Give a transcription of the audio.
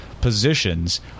positions